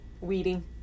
weeding